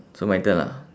so my turn ah